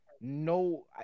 no